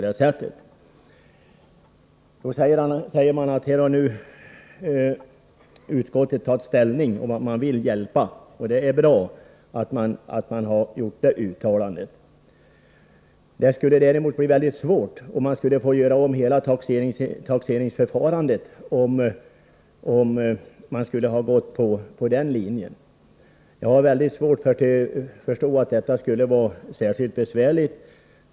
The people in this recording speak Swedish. Det framhålls att utskottet har tagit ställning och att man vill hjälpa, och det är bra att det uttalandet gjorts. Rune Carlstein menar att det skulle bli mycket svårt och att man skulle vara tvungen att göra om hela taxeringen, om man väljer retroaktiv lagstiftning. För min del har jag mycket svårt att förstå att detta skulle vara särskilt besvärligt.